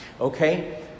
okay